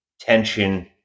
tension